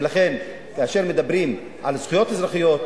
ולכן כאשר מדברים על זכויות אזרחיות,